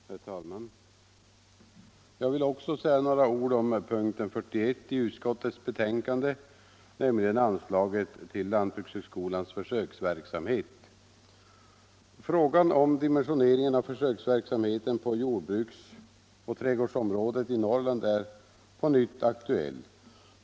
Herr talman! Också jag vill säga några ord om punkten 41 i utskottets betänkande, anslaget till lantbrukshögskolans försöksverksamhet. Frågan om dimensioneringen av försöksverksamheten på jordbruksoch trädgårdsområdet i Norrland är på nytt aktuell.